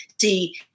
see